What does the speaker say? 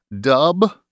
dub